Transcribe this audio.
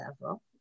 level